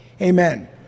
Amen